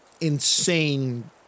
insane